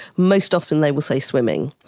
most often they will say swimming.